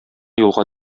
юлга